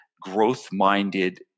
growth-minded